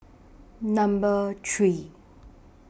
Number three